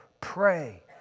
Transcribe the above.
Pray